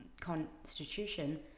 constitution